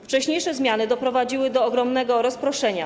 Wcześniejsze zmiany doprowadziły do ogromnego rozproszenia.